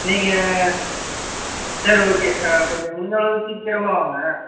நீங்கள் சரி ஓகே கொஞ்சம் முடிஞ்சளவு சீக்கிரமாக வாங்க